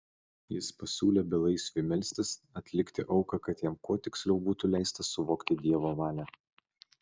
jis pasiūlė belaisviui melstis atlikti auką kad jam kuo tiksliau būtų leista suvokti dievo valią